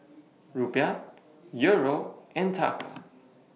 Rupiah Euro and Taka